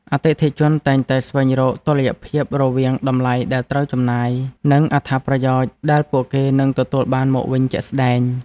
អតិថិជនតែងតែស្វែងរកតុល្យភាពរវាងតម្លៃដែលត្រូវចំណាយ និងអត្ថប្រយោជន៍ដែលពួកគេនឹងទទួលបានមកវិញជាក់ស្តែង។